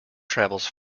travels